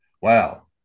wow